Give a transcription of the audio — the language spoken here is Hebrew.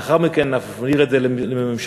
לאחר מכן נעביר את זה לממשלה,